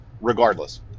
Regardless